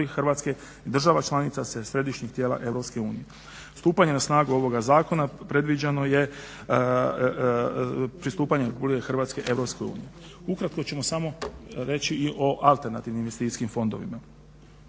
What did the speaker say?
RH i država članica sa središnjih tijela EU. Stupanje na snagu ovoga zakona predviđeno je pristupanje Hrvatske EU. Ukratko ćemo i o alternativnim investicijskim fondovima.